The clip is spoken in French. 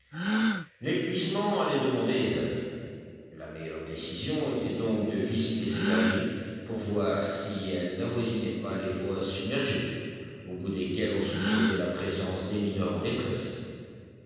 l'épuisement allait demander des années la meilleure décision était donc de visiter ces galeries pour voir si elles n'avoisinaient pas les voies submergées au bout desquelles on soupçonnait la présence des mineurs en détresse